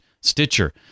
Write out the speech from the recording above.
Stitcher